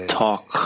talk